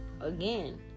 Again